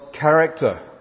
character